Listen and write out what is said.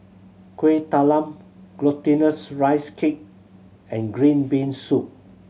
Kueh Talam Glutinous Rice Cake and green bean soup